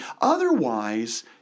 Otherwise